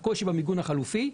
בגלל הקושי במיגון החלופי,